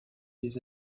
des